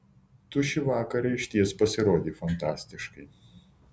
tu šį vakarą išties pasirodei fantastiškai